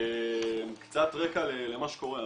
קצת רקע למה שקורה.